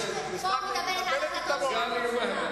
אני פה מדברת על, את כבר מדברת, מקשקשת כל היום.